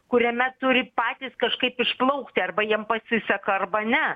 kuriame turi patys kažkaip išplaukti arba jiem pasiseka arba ne